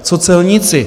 Co celníci?